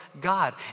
God